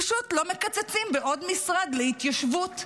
פשוט לא מקצצים בעוד משרד להתיישבות.